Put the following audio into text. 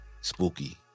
spooky